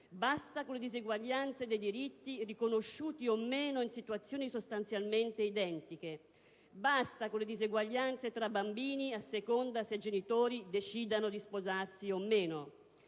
basta con le diseguaglianze dei diritti, riconosciuti o meno, in situazioni sostanzialmente identiche; basta con le diseguaglianze tra bambini a seconda se i genitori decidano di sposarsi o meno.